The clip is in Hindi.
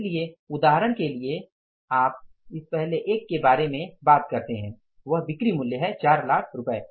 इसलिए उदाहरण के लिए आप इस पहले एक के बारे में बात करते हैं वह बिक्री मूल्य है 4 लाख रुपये